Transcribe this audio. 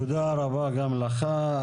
תודה רבה גם לך.